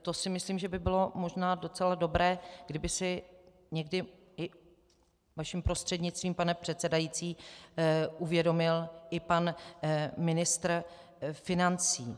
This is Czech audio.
To si myslím, že by bylo možná docela dobré, kdyby si někdy i vaším prostřednictvím, pane předsedající, uvědomil i pan ministr financí.